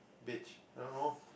beige I don't know